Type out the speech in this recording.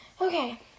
Okay